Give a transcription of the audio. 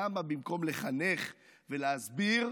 למה, במקום לחנך ולהסביר,